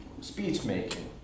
speech-making